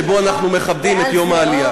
שבו אנחנו מכבדים את העלייה.